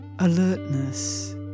Alertness